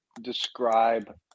describe